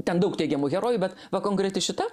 ten daug teigiamų herojų bet va konkreti šita